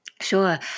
Sure